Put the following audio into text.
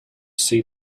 see